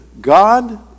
God